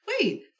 wait